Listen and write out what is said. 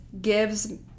gives